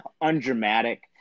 undramatic